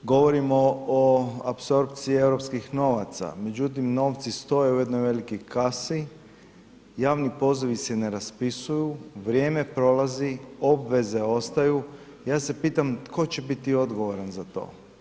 Govorimo o apsorpciji europskih novaca, međutim novci stoje u jednoj velikoj kasi, javni pozivi se ne raspisuju, vrijeme prolazi, obveze ostaju, ja se pitam, tko će biti odgovoran za to?